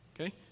okay